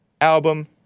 album